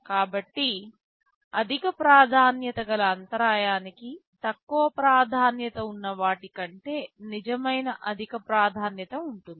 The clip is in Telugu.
కాబట్టి అధిక ప్రాధాన్యత గల అంతరాయానికి తక్కువ ప్రాధాన్యత ఉన్న వాటి కంటే నిజమైన అధిక ప్రాధాన్యత ఉంటుంది